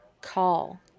Call